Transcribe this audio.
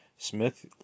Smith